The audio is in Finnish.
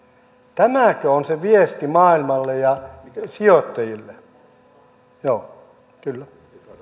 tämäkö on se viesti maailmalle ja sijoittajille joo kyllä